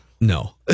No